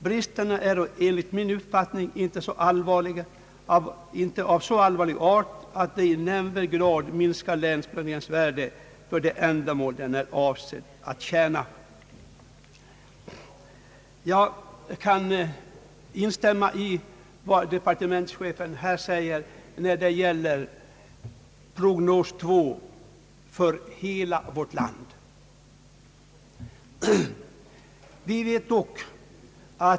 Bristerna är dock enligt hans mening inte av så allvarlig art att de i nämnvärd grad minskar länsplaneringens värde för det ändamål den är avsedd att tjäna. Jag kan instämma i vad departementschefen här säger när det gäller prognos 2 för hela vårt land.